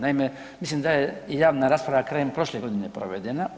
Naime, mislim da je javna rasprava krajem prošle godine provedena.